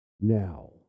now